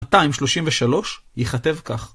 233 ייכתב כך.